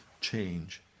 change